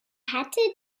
hatte